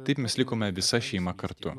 taip mes likome visa šeima kartu